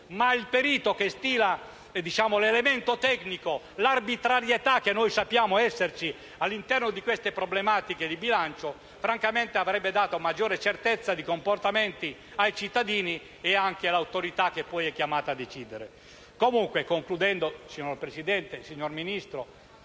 al perito che stila l'elemento tecnico l'arbitrarietà che noi sappiamo esserci all'interno di queste problematiche di bilancio. Francamente, ciò avrebbe dato maggior certezza di comportamenti ai cittadini e anche all'autorità chiamata a decidere. Concludendo, signor Presidente, signor Ministro,